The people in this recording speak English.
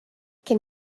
can